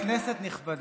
כנסת נכבדה.